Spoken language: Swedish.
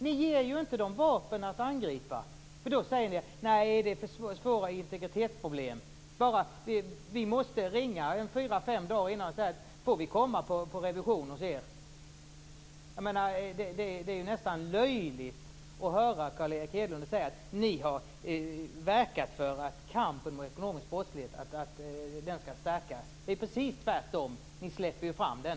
Ni ger dem ju inga vapen att angripa med. Ni säger att det är för svåra integritetsproblem. Man måste ringa 4-5 dagar innan och fråga om man får komma på revision. Det är nästan löjligt att höra Carl Erik Hedlund säga att Moderaterna har verkat för att kampen mot den ekonomiska brottsligheten skall stärkas. Det är precis tvärtom - ni släpper ju fram den.